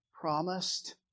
promised